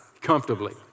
comfortably